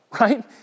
right